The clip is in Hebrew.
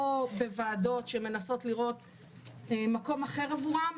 או בוועדות שמנסות למצוא מקום אחר עבורם,